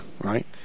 right